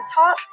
top